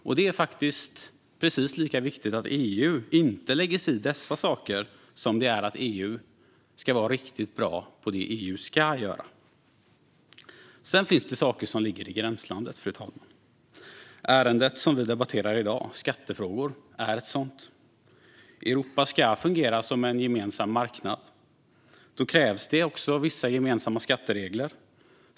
Och det är faktiskt precis lika viktigt att EU inte lägger sig i dessa saker som det är att EU är riktigt bra på det EU ska göra. Sedan finns det saker som ligger i gränslandet, fru talman. Ärendet vi debatterar i dag, skattefrågor, är en sådan. Europa ska fungera som en gemensam marknad. Då krävs det också vissa gemensamma skatteregler.